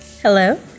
Hello